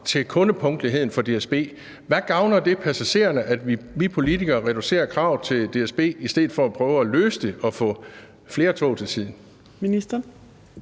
til kundepunktligheden for DSB. Hvad gavner det passagererne, at vi politikere reducerer kravet til DSB i stedet for at prøve at løse det og få flere tog til tiden? Kl.